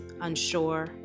unsure